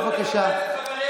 בבקשה.